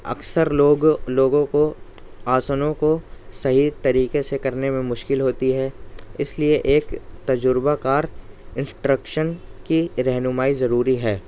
اکثر لوگ لوگوں کو آسنوں کو صحیح طریقے سے کرنے میں مشکل ہوتی ہے اس لیے ایک تجربہ کار انسٹرکشن کی رہنمائی ضروری ہے